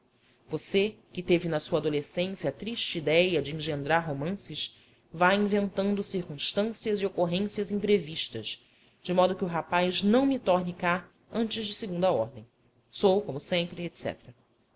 você que teve na sua adolescência a triste idéia de engendrar romances vá inventando circunstâncias e ocorrências imprevistas de modo que o rapaz não me torne cá antes de segunda ordem sou como sempre etc